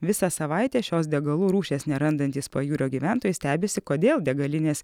visą savaitę šios degalų rūšies nerandantys pajūrio gyventojai stebisi kodėl degalinės